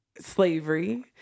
slavery